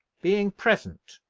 being present.